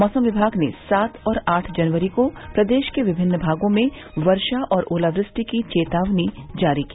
मौसम विभाग ने सात और आठ जनवरी को प्रदेश के विभिन्न भागों में वर्षा और ओलावृष्टि की चेतावनी जारी की